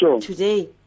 today